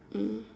mm